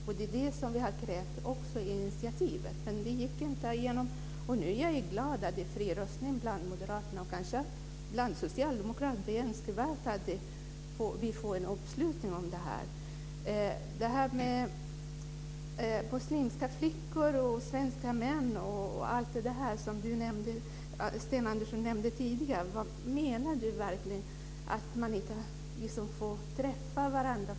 Det är också det som vi har krävt i initiativet, men det gick inte igenom. Nu är jag glad att det är fri röstning bland moderaterna, och kanske också bland socialdemokraterna. Det är önskvärt att vi får en uppslutning kring det här. Sten Andersson nämnde muslimska flickor och svenska män. Menar Sten Andersson verkligen att de som har olika religioner inte får träffa varandra?